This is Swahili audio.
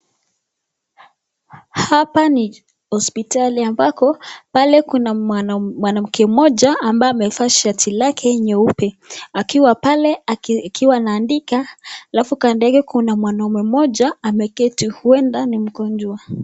Hapa ni hospitali ambako pale kuna mwanamke mmoja ambaye amevaa shati lake nyeupe akiwa pale akiwa anaandika alafu kando yake kuna mwanaume mmoja ameketi huenda ni mgonjwa.